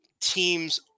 teams